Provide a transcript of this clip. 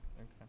Okay